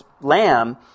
lamb